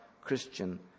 Christian